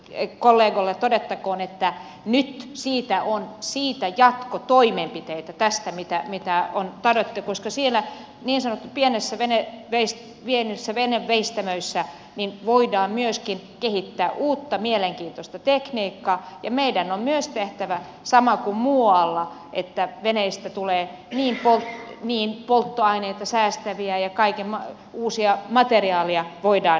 kollegoille todettakoon että nyt siitä on jatkotoimenpiteitä tässä mitä on tarjottu koska siellä niin sanotuissa pienissä veneveistämöissä voidaan myöskin kehittää uutta mielenkiintoista tekniikkaa ja meidän on myös tehtävä sama kuin muualla että veneistä tulee polttoaineita säästäviä ja uusia materiaaleja voidaan hyödyntää